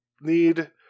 need